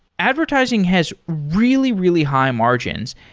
advertising has really, really high-margins,